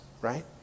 right